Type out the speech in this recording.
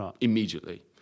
immediately